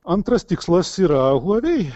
antras tikslas yra huawei